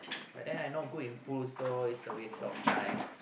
but then I not good in pool so it's a waste of time